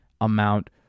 amount